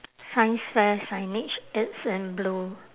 science fair signage it's in blue